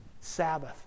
Sabbath